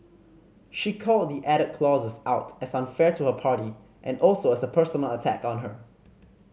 she called the added clauses out as unfair to her party and also as a personal attack on her